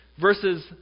verses